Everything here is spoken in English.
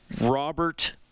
Robert